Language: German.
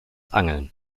angeln